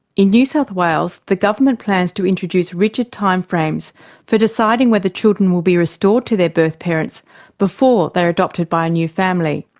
in new south wales, the government plans to introduce rigid time frames for deciding whether children will be restored to their birth parents before they are adopted by a new family.